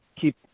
keep